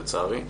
לצערי.